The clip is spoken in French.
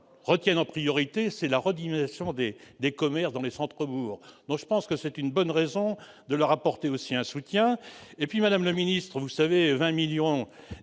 retiennent en priorité, c'est la redynamisation des des commerces dans les centres bourgs, donc je pense que c'est une bonne raison de leur apporter aussi un soutien et puis Madame la Ministre, vous savez, 20 millions